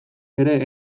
ere